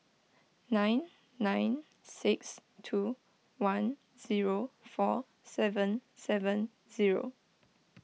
nine nine six two one zero four seven seven zero